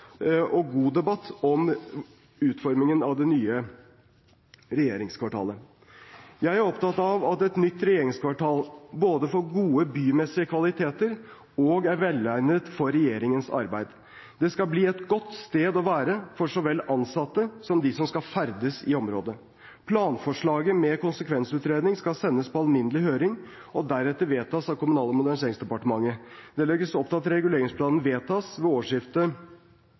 om utformingen av det nye regjeringskvartalet. Jeg er opptatt av at et nytt regjeringskvartal både får gode bymessige kvaliteter og er velegnet for regjeringens arbeid. Det skal bli et godt sted å være for så vel ansatte som dem som skal ferdes i området. Planforslaget med konsekvensutredning skal sendes på alminnelig høring og deretter vedtas av Kommunal- og moderniseringsdepartementet. Det legges opp til at reguleringsplanen vedtas ved årsskiftet